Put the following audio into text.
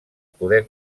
poder